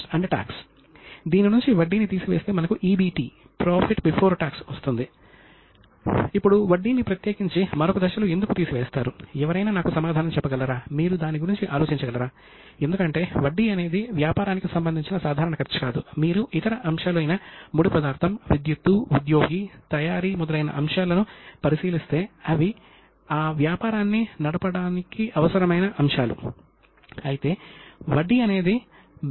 అనేక భారతీయ గ్రంథాలలో ప్రస్తావించబడిన అనేక ఆర్థిక సాధనాల గురించి ముఖ్యంగా హుండిల గురించి కూడా మనము ఇక్కడ చూడవచ్చు మరియు అవి నగదు బదిలీ కోసం విస్తృతంగా ఉపయోగించబడ్డాయి ఇక్కడ కొన్ని హుండిల ఛాయాచిత్రాలను మీరు చూడవచ్చు